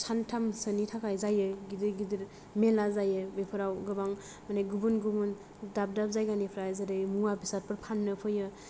सानथाम सोनि थाखाय जायो गिदिर गिदिर मेला जायो बेफोराव गोबां मानि गुबुन गुबुन दाब दाब जायगानिफ्राइ जेरै मुवा बेसाद फोरबो फाननो फैयो